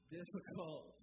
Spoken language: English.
difficult